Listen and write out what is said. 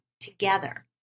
together